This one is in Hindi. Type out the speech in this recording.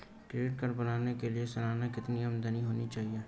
क्रेडिट कार्ड बनाने के लिए सालाना कितनी आमदनी होनी चाहिए?